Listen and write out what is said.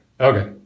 Okay